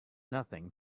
nothing